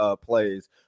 plays